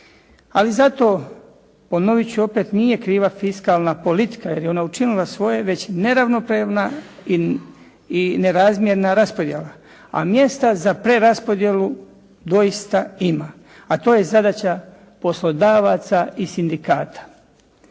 Ali zato ponovit ću opet nije kriva fiskalna politika, jer je ona učinila svoje, već neravnopravna i nerazmjerna raspodjela, a mjesta za preraspodjelu doista ima, a to je zadaća poslodavaca i sindikata.